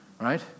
right